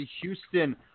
Houston